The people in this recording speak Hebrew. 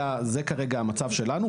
זה כרגע המצב שלנו.